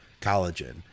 collagen